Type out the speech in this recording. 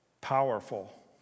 powerful